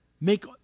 make